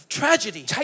tragedy